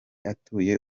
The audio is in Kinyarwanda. atuye